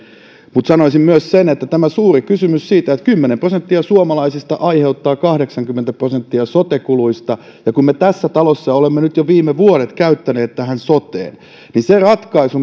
mutta sanoisin myös sen että on suuri kysymys siitä että kymmenen prosenttia suomalaisista aiheuttaa kahdeksankymmentä prosenttia sote kuluista ja kun me tässä talossa olemme nyt jo viime vuodet käyttäneet tähän soteen niin se ratkaisu